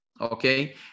Okay